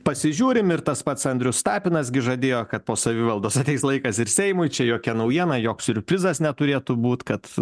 pasižiūrim ir tas pats andrius tapinas gi žadėjo kad po savivaldos ateis laikas ir seimui čia jokia naujiena jog siurprizas neturėtų būti kad